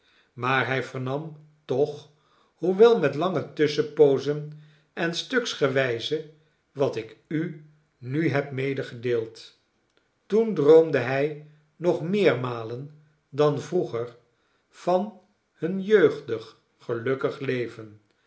maar hij vernam toch hoewel met lange tusschenpoozen en stuksgewijze wat ik u nu heb medegedeeld toen droomde hij nog meermalen dan vroeger van hun jeugdig gelukkig leven